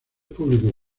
públicos